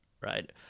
right